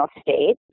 state